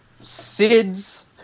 Sid's